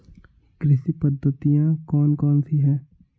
कृषि पद्धतियाँ कौन कौन सी हैं?